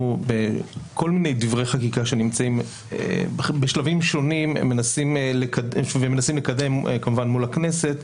כל מיני דברי חקיקה שנמצאים בשלבים שונים ומנסים לקדם מול הכנסת,